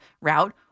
route